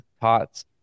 pots